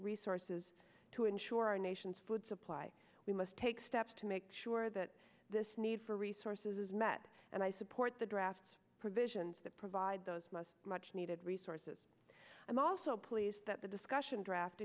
resources to ensure our nation's food supply we must take steps to make sure that this need for resources is met and i support the draft provisions that provide those most much needed resources i'm also pleased that the discussion draft